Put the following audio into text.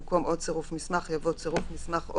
במקום "או צירוף מסמך" יבוא "צירוף מסמך או